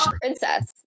princess